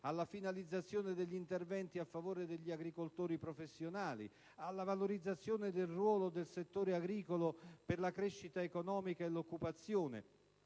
alla finalizzazione degli interventi a favore degli agricoltori professionali, alla valorizzazione del ruolo del settore agricolo per la crescita economica e l'occupazione